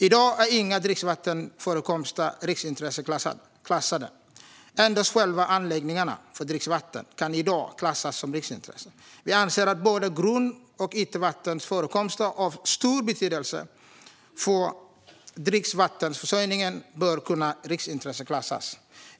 I dag är inga dricksvattenförekomster riksintresseklassade; endast själva anläggningarna för dricksvatten kan i dag klassas som riksintressen. Vi anser att både grund och ytvattenförekomster av stor betydelse för dricksvattenförsörjningen bör kunna riksintresseklassas.